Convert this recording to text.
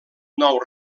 nou